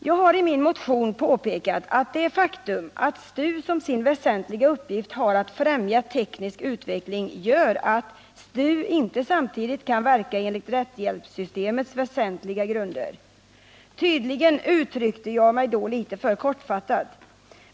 Jag har i min motion påpekat att det faktum att STU som sin väsentliga uppgift har att främja teknisk utveckling gör att STU inte samtidigt kan verka enligt rättshjälpssystemets väsentliga grunder. Tydligen uttryckte jag mig då litet för kortfattat.